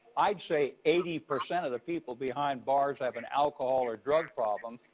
i'd say eighty percent of the people behind bars have an alcohol or drug problem,